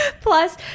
plus